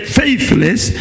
faithless